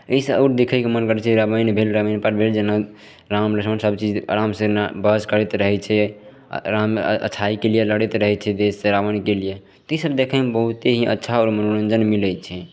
अइसँ आओर देखयके मन करय छै रामायण भेल रामपर भेल जेना राम लक्ष्मण सबचीज आरामसँ ने बहस करैत रहय छै आओर राम अ अच्छाइके लिये लड़ैत रहय छै देशसँ रावणके लिये ईसब देखयमे बहुत ही अच्छा आओर मनोरञ्जन मिलय छै